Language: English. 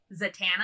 Zatanna